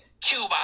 Cuba